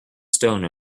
stone